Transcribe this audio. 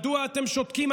מדוע אתם שותקים?